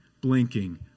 blinking